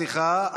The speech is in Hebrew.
סליחה,